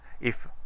if